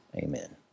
Amen